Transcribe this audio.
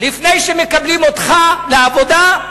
לפני שמקבלים אותך לעבודה,